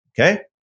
okay